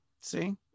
See